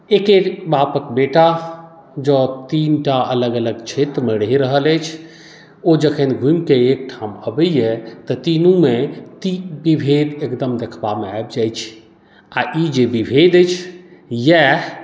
एक्के बापक बेटा जँ तीन टा अलग अलग क्षेत्रमे रहि रहल अछि ओ जखन घुमिके एकठाम अबैए तऽ तीनूमे विभेद एकदम देखबामे आबि जाइत छै आ ई जे विभेद अछि इएह